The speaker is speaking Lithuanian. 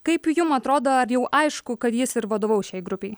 kaip jum atrodo ar jau aišku kad jis ir vadovaus šiai grupei